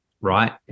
right